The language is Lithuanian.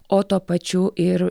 o tuo pačiu ir